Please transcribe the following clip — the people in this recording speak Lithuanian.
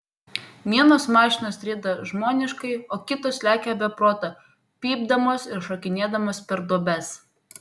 vienos mašinos rieda žmoniškai o kitos lekia be proto pypdamos ir šokinėdamos per duobes